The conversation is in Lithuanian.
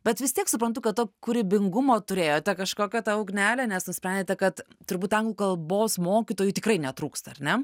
bet vis tiek suprantu kad to kūrybingumo turėjote kažkokią tą ugnelę nes nusprendėte kad turbūt anglų kalbos mokytojų tikrai netrūksta ar ne